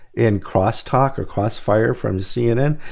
in cross talk or crossfire from cnn,